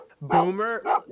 Boomer